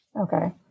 Okay